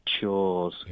chores